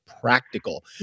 practical